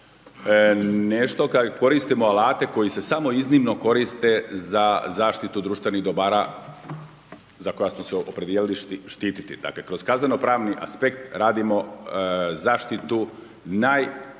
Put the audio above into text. nešto, koristimo alate koji se samo iznimno koriste za zaštitu društvenih dobara za koja smo se opredijelili štititi. Dakle kroz kazneno-pravni aspekt radimo zaštitu najvećih